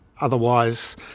otherwise